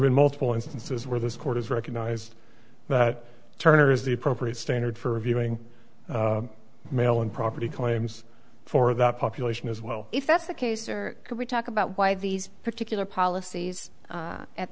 in multiple instances where this court has recognized that turner is the appropriate standard for reviewing male and property claims for that population as well if that's the case or can we talk about why these particular policies